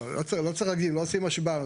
לא עושים מה שבא לנו,